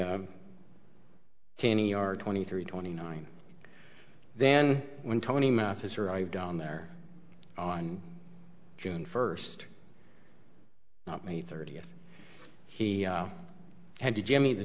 twenty or twenty three twenty nine then when tony masses arrived on their own june first not may thirtieth he had to jimmy the